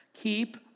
Keep